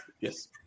Yes